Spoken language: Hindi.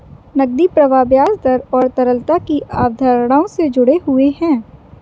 नकदी प्रवाह ब्याज दर और तरलता की अवधारणाओं से जुड़े हुए हैं